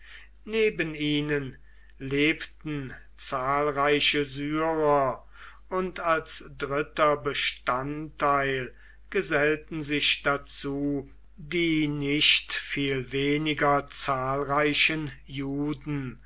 neben ihnen lebten zahlreiche syrer und als dritter bestandteil gesellten sich dazu die nicht viel weniger zahlreichen juden